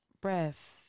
breath